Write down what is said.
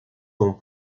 ont